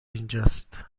اینجاست